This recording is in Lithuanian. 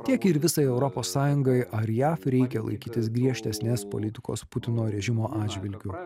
tiek ir visai europos sąjungai ar jav reikia laikytis griežtesnės politikos putino režimo atžvilgiu